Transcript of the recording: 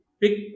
pick